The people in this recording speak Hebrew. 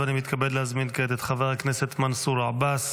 אני מתכבד להזמין את חבר הכנסת מנסור עבאס